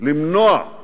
למנוע את